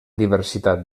diversitat